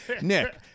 Nick